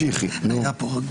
כן.